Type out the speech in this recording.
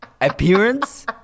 Appearance